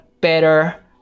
better